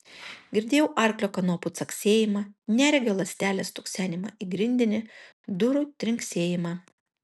girdėjau arklio kanopų caksėjimą neregio lazdelės stuksenimą į grindinį durų trinksėjimą